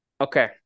Okay